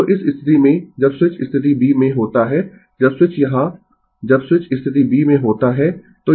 Refer Slide Time 1304 तो इस स्थिति में जब स्विच स्थिति b में होता है जब स्विच यहां जब स्विच स्थिति b में होता है